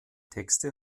texte